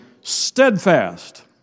steadfast